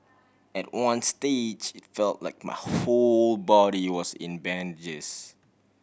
at one stage felt like my whole body was in bandages